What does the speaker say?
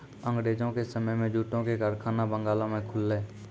अंगरेजो के समय मे जूटो के कारखाना बंगालो मे खुललै